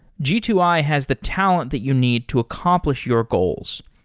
g two i has the talent that you need to accomplish your goals.